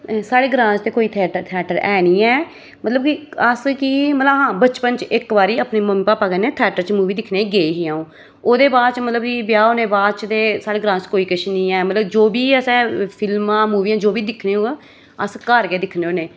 साढ़े ग्रां च ते कोई थिएटर थाटर है निं ऐ मतलब कि अस कि मतलब हां बचपन च इक बारी अपने मम्मी भापा कन्नै थिएटर च मूवी दिक्खने गी गेई ही अ'ऊं ओह्दे बाद फ्ही मतलब ब्याह होने दे बाद ते साढ़े ग्रां च कोई किश नेईं है मतलब जो बी असें फिल्मा मूवियां जो बी दिक्खनी होऐ अस घर गै दिक्खने होन्ने